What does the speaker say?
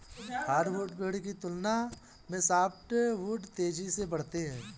hardwood पेड़ की तुलना में सॉफ्टवुड तेजी से बढ़ते हैं